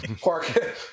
Quark